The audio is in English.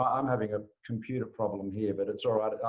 um i'm having a computer problem here. but it's all right.